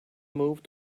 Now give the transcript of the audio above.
moved